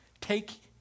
take